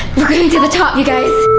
we're going to the top you guys!